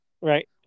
right